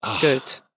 good